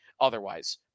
otherwise